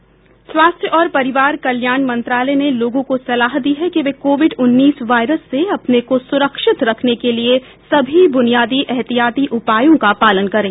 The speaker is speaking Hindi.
स्वास्थ्य और परिवार कल्याण मंत्रालय ने लोगों को सलाह दी है कि वे कोविड उन्नीस वायरस से अपने को सुरक्षित रखने के लिए सभी बुनियादी एहतियाती उपायों का पालन करें